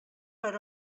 per